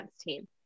team